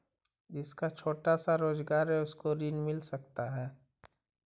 जिसका छोटा सा रोजगार है उसको ऋण मिल सकता है?